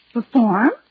Perform